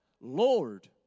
Lord